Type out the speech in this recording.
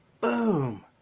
Boom